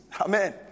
Amen